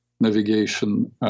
navigation